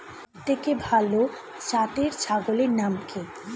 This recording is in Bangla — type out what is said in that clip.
সবথেকে ভালো জাতের ছাগলের নাম কি?